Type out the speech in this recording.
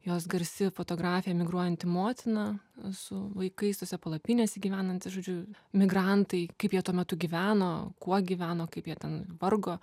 jos garsi fotografija migruojanti motina su vaikais tose palapinėse gyvenanti žodžiu migrantai kaip jie tuo metu gyveno kuo gyveno kaip jie ten vargo